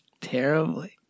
terribly